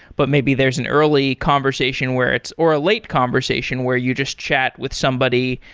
but maybe there's an early conversation where it's or a late conversation where you just chat with somebody,